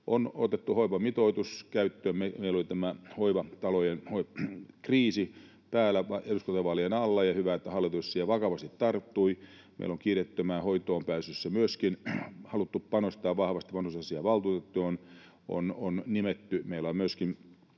On otettu hoivamitoitus käyttöön — meillä oli tämä hoivatalojen kriisi päällä eduskuntavaalien alla, ja hyvä, että hallitus siihen vakavasti tarttui. Meillä on myöskin kiireettömään hoitoon pääsyyn haluttu panostaa vahvasti. Vanhusasiavaltuutettu on nimetty. Meillä on myöskin